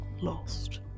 lost